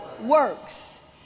works